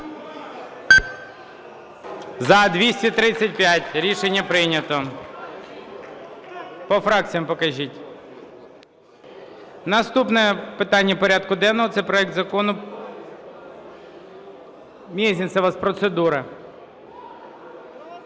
За-235 Рішення прийнято. По фракціях покажіть. Наступне питання порядку денного – це проект закону... Мезенцева з процедури.